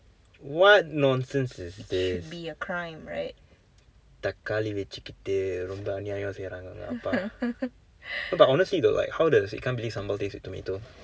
what nonsense is this தக்காளி வைத்துக்கொண்டு ரொம்ப அநியாயம் செய்கிறார் உங்க அப்பா:thakkaali vaitthukkondu romba aniyaayam seykiraar unka appa but honestly though like how does ikan bilis sambal taste with tomato